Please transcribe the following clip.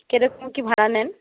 কী রকম কী ভাড়া নেন